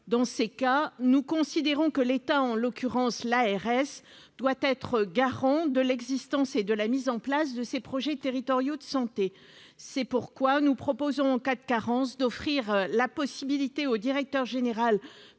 de situations, nous considérons que l'État, en l'occurrence l'ARS, doit être le garant de l'existence et de la mise en place de ces projets territoriaux de santé. C'est pourquoi nous proposons, en cas de carence, d'offrir la possibilité au directeur général